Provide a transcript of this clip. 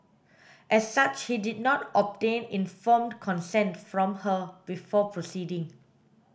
as such he did not obtain informed consent from her before proceeding